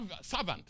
servant